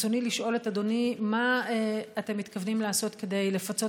רצוני לשאול את אדוני: מה אתם מתכוונים לעשות כדי לפצות